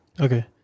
Okay